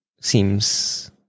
seems